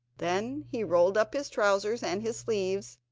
then he rolled up his trousers and his sleeves,